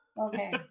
Okay